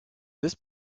this